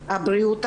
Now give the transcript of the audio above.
הבריאות,